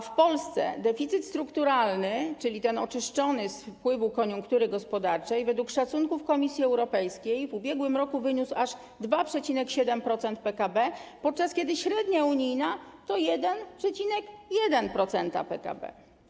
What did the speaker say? W Polsce deficyt strukturalny, czyli ten oczyszczony z wpływu koniunktury gospodarczej, według szacunków Komisji Europejskiej w ubiegłym roku wyniósł aż 2,7% PKB, podczas kiedy średnia unijna to 1,1% PKB.